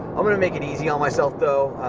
i'm gonna make it easy on myself, though.